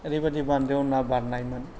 ओरैबादि बान्दोआव ना बारनायमोन